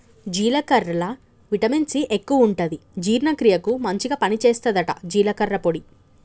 జీలకర్రల vitamin C ఎక్కువుంటది జీర్ణ క్రియకు మంచిగ పని చేస్తదట జీలకర్ర పొడి